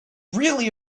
really